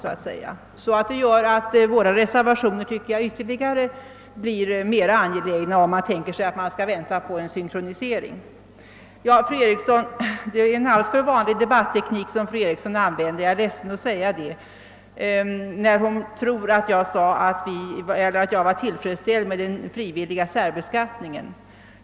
Om man skall vänta på en synkronisering blir våra reservationer ännu angelägnare. Det är en alltför vanlig debatteknik som fru Eriksson i Stockholm använde — jag är ledsen att behöva säga det — när hon sade att jag sagt mig vara tillfredsställd med den frivilliga särbeskattningen.